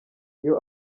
iyo